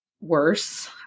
Worse